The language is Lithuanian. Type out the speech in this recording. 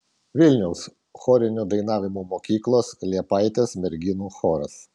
vilniaus chorinio dainavimo mokyklos liepaitės merginų choras